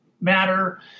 matter